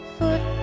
foot